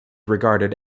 regarded